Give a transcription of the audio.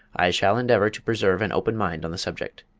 i shall endeavour to preserve an open mind on the subject.